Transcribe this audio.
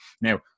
Now